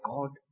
God